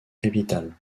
capitale